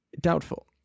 doubtful